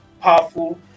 powerful